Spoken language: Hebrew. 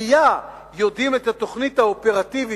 בשביעייה יודעים את התוכנית האופרטיבית